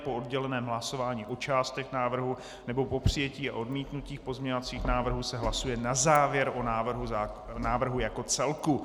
Po odděleném hlasování o částech návrhu nebo po přijetí a odmítnutí pozměňovacích návrhů se hlasuje na závěr o návrhu jako celku.